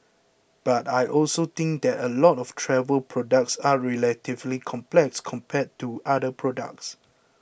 but I also think that a lot of travel products are relatively complex compared to other products